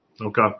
Okay